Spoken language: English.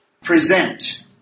Present